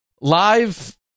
Live